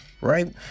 right